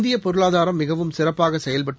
இந்தியப் பொருளாதாரம் மிகவும் சிறப்பாகசெயல்டட்டு